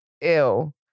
ew